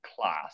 class